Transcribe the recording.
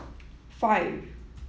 five